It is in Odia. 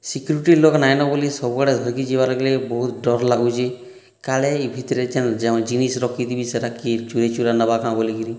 ସିକୁରଟି ଲକ୍ ନାଇନ ବୋଲି ସବୁଆଡ଼େ ଧରିକି ଯିବାର ଗଲେ ବହୁତ ଡର ଲାଗୁଛି କାଳେ ଇ ଭିତରେ ଯେନ୍ ଯେଉଁ ଯେନ୍ ଜିନିଷ୍ ରଖିଥିବି ସେହିଟା କିଏ ଚୋରୀଚୁରା ନେବା କାଁ ବୋଲିକିରି